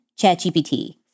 ChatGPT